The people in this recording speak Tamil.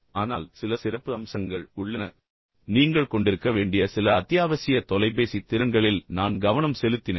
ஆனால் சில சிறப்பு அம்சங்கள் உள்ளன அவற்றை மீண்டும் நாங்கள் விவாதித்தோம் அதன் பிறகு நீங்கள் கொண்டிருக்க வேண்டிய சில அத்தியாவசிய தொலைபேசி திறன்களில் நான் கவனம் செலுத்தினேன்